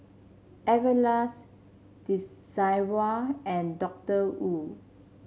Everlast Desigual and Doctor Wu